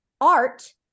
art